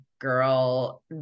girl